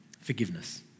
forgiveness